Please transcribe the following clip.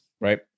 right